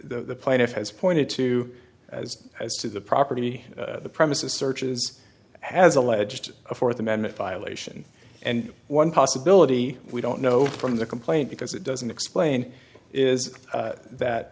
the plaintiff has pointed to as as to the property premises searches has alleged a fourth amendment violation and one possibility we don't know from the complaint because it doesn't explain is that